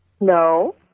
No